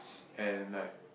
and like